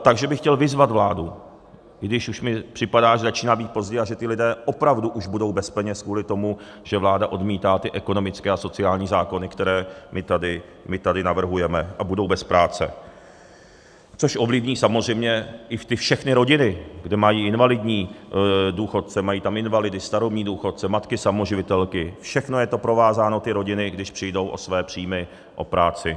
Takže bych chtěl vyzvat vládu, i když už mi připadá, že začíná být pozdě a že ti lidé opravdu už budou bez peněz kvůli tomu, že vláda odmítá ekonomické a sociální zákony, které my tady navrhujeme, a budou bez práce, což ovlivní samozřejmě i ty všechny rodiny, kde mají invalidní důchodce, mají tam invalidy, starobní důchodce, matky samoživitelky, všechno je to v těch rodinách provázáno, když přijdou o své příjmy, o práci.